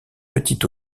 petit